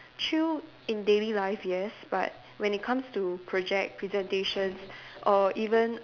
chill in daily life yes but when it comes to project presentations or even